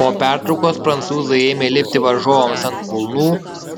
po pertraukos prancūzai ėmė lipti varžovams ant kulnų